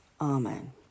Amen